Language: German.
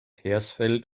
hersfeld